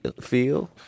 feel